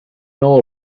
know